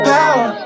Power